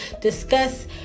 discuss